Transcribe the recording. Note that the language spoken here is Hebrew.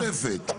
תוספת נוספת?